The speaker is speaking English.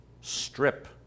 strip